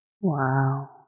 Wow